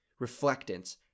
reflectance